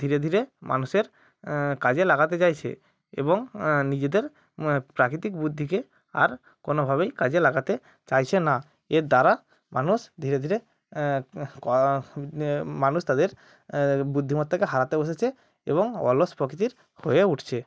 ধীরে ধীরে মানুষের কাজে লাগাতে চাইছে এবং নিজেদের প্রাকৃতিক বুদ্ধিকে আর কোনোভাবেই কাজে লাগাতে চাইছে না এর দ্বারা মানুষ ধীরে ধীরে ক মানুষ তাদের বুদ্ধিমত্তাকে হারাতে বসেছে এবং অলস প্রকৃতির হয়ে উঠছে